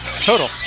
total